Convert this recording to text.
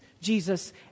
Jesus